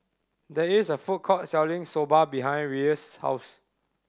there is a food court selling Soba behind Rhea's house